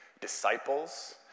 disciples